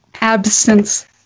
Absence